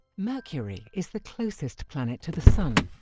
mercury is the closest planet to the sun,